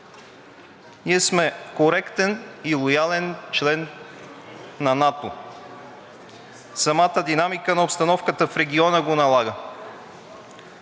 Ние сме коректен и лоялен член на НАТО. Самата динамика на обстановката в региона го налага.